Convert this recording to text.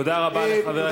תודה רבה לכם.